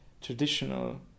traditional